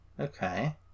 Okay